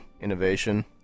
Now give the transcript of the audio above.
Innovation